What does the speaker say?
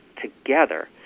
together